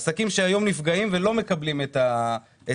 עסקים שהיום נפגעים ולא מקבלים את הכסף